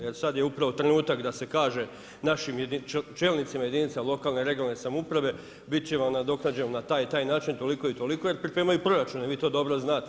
Jer sad je upravo trenutak da se kaže našim čelnicima jedinica lokalne i regionalne samouprave bit će vam nadoknađeno na taj i taj način, toliko i toliko jer pripremaju proračune, vi to dobro znate.